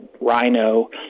rhino